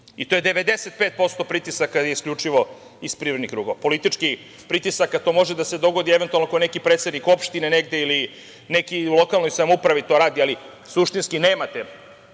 To je 95% pritisaka isključivo iz privrednih krugova, političkih pritisaka to može da se dogodi eventualno ako neki predsednik negde ili neki u lokalnoj samoupravi to radi, ali suštinski nemate